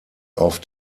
auf